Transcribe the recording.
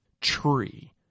tree